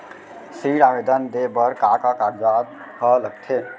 ऋण आवेदन दे बर का का कागजात ह लगथे?